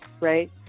right